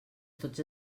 tots